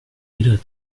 wieder